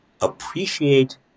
appreciate